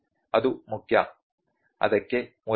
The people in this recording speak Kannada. ಅದು ಮುಖ್ಯ ಅದಕ್ಕೆ ಮೂಲವಿಲ್ಲ